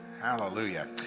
Hallelujah